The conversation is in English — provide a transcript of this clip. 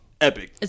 Epic